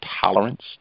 tolerance